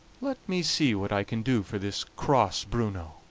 let me see what i can do for this cross bruno.